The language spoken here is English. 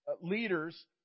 leaders